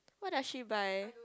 what does she buy